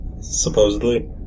supposedly